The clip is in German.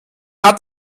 hat